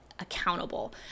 accountable